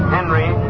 Henry